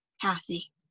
Kathy